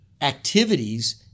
activities